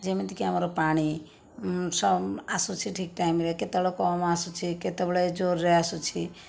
ଯେମିତିକି ଆମର ପାଣି ଆସୁଛି ଠିକ୍ ଟାଇମ୍ରେ କେତେବେଳେ କମ୍ ଆସୁଛି କେତେବେଳେ ଜୋର୍ରେ ଆସୁଛି